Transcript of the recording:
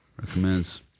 recommends